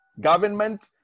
government